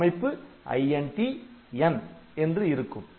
இதன் அமைப்பு INT n என்று இருக்கும்